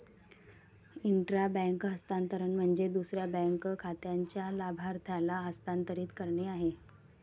intra bank हस्तांतरण म्हणजे दुसऱ्या बँक खात्याच्या लाभार्थ्याला हस्तांतरित करणे आहे